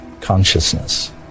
consciousness